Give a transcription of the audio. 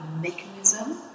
mechanism